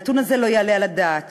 הנתון הזה לא יעלה על הדעת.